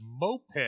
moped